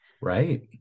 Right